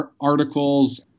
articles